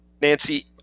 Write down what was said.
Nancy